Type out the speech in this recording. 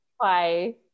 Bye